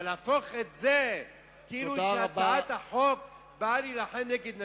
אבל להפוך את זה כאילו הצעת החוק באה להילחם נגד נשים?